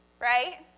right